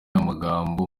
amagambo